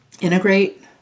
integrate